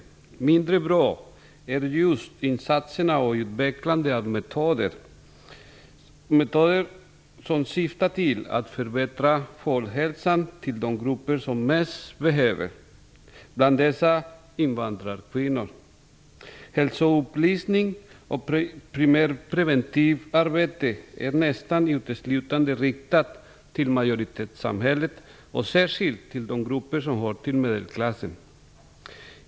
Men mindre bra är just insatserna och utvecklandet av metoder som syftar till att förbättra folkhälsan hos de grupper som är i störst behov av detta. Bland dessa grupper: invandrarkvinnorna. Hälsoupplysning och primärpreventivt arbete är nästa uteslutande riktat till majoritetssamhället och särskilt till de grupper som hör till medelklassen.